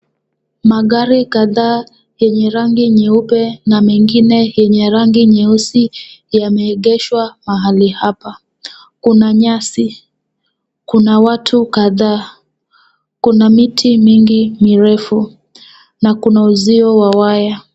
Magari kadhaa yenye rangi nyeupe na mengine yenye rangi nyeusi yameegeshwa mahali hapa. Kuna nyasi. Kuna watu kadhaa. Kuna miti mingi mirefu na kuna uzio wa waya.